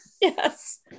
yes